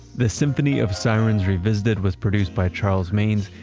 the symphony of sirens revisited was produced by charles maynes,